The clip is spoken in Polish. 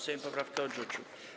Sejm poprawkę odrzucił.